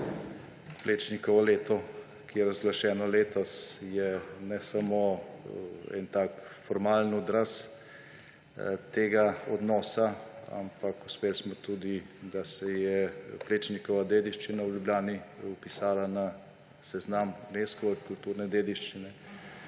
Plečnikovo leto, ki je razglašeno letos, je ne samo nek tak formalen odraz tega odnosa, uspeli smo tudi, da se je Plečnikova dediščina v Ljubljani vpisala na seznam Unescove kulturne dediščine.